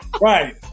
Right